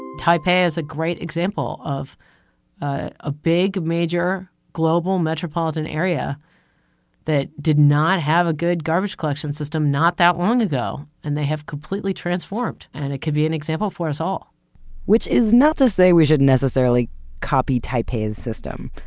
taipei is a great example of ah a big, major, global metropolitan area that did not have a good garbage collection system not that long ago, and they have completely transformed, and it could be an example for us all which is not to say we should necessarily copy taipei's system.